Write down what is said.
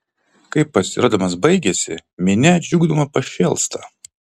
kai pasirodymas baigiasi minia džiūgaudama pašėlsta